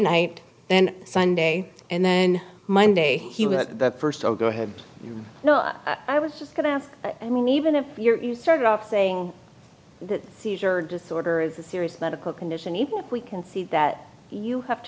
night and sunday and then monday he was the first oh go ahead you know i was just going to ask i mean even if you're sort of saying that seizure disorder is a serious medical condition even if we can see that you have to